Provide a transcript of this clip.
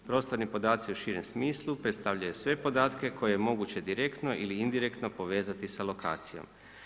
Prostorni podaci u širem smislu predstavljaju sve podatke koje je moguće direktno ili indirektno povezati sa lokacijom.